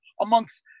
amongst